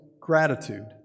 gratitude